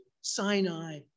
Sinai